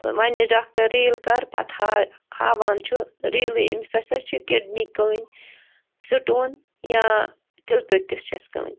ونٮ۪س doctor ریٖل کَر پتہٕ ہا ہاوان چھُ ریٖلٕے أمِس ہسا چھِ کِڈنی کٔنۍ سِٹون یا تیٖلہِ پٮ۪تِس چھَس کٔنۍ